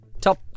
Top